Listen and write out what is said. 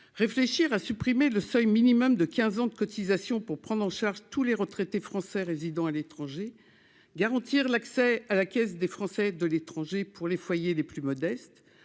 réfléchir à supprimer le seuil minimum de 15 ans de cotisation pour prendre en charge tous les retraités français résidant à l'étranger, garantir l'accès à la caisse des Français de l'étranger pour les foyers les plus modestes